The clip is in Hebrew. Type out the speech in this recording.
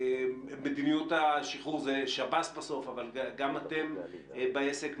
מדיניות השחרור זה בסוף בשב"ס אבל גם אתם בעסק.